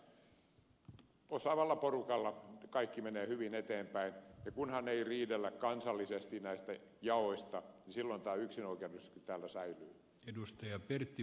minä uskon että osaavalla porukalla kaikki menee hyvin eteenpäin ja kunhan ei riidellä kansallisesti näistä jaoista niin silloin tämä yksinoikeudellisuuskin täällä säilyy